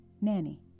Nanny